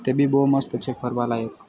તે બી બહુ મસ્ત છે ફરવા લાયક